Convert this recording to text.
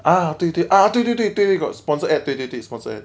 ah 对对 ah 对对对对 got sponsored ad 对对对 sponsored ad